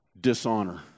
dishonor